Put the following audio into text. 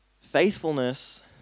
Faithfulness